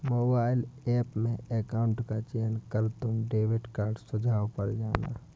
mobile app में account का चयन कर तुम डेबिट कार्ड सुझाव पर जाना